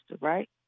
right